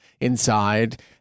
inside